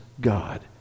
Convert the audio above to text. God